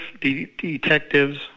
detectives